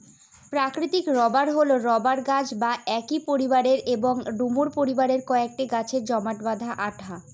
প্রাকৃতিক রবার হল রবার গাছ বা একই পরিবারের এবং ডুমুর পরিবারের কয়েকটি গাছের জমাট বাঁধা আঠা